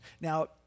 Now